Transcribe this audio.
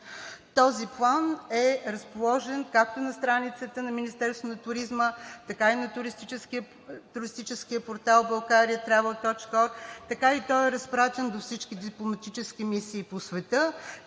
Този план е разположен както на страницата на Министерството на туризма, на туристическия портал Bulgariatravel.org, така е и разпратен до всички дипломатически мисии по света.